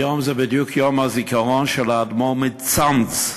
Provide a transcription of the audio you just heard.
היום הוא בדיוק יום הזיכרון של האדמו"ר מצאנז,